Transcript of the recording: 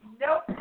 Nope